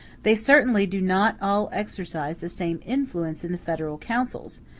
they certainly do not all exercise the same influence in the federal councils,